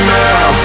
now